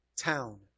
town